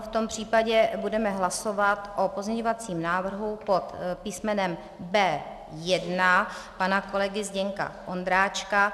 V tom případě budeme hlasovat o pozměňovacím návrhu pod písmenem B1 pana kolegy Zdeňka Ondráčka.